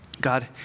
God